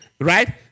right